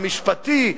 המשפטי,